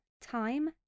time